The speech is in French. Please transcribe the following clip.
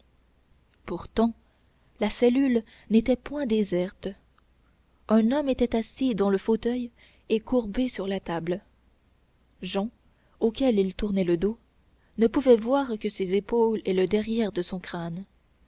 pourtant la cellule n'était point déserte un homme était assis dans le fauteuil et courbé sur la table jehan auquel il tournait le dos ne pouvait voir que ses épaules et le derrière de son crâne